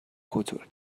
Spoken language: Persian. خطور